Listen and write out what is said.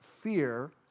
fear